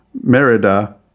Merida